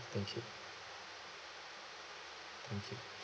thank you thank you